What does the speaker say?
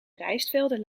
rijstvelden